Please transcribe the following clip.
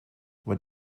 what